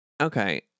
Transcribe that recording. Okay